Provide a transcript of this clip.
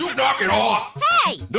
knock it off? hey! no.